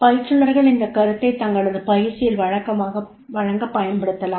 பயிற்றுனர்கள் இந்தக் கருத்தை தங்களது பயிற்சியில் வழங்கப் பயன்படுத்தலாம்